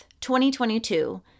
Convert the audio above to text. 2022